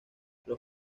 los